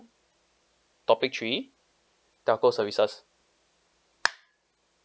topic three telco services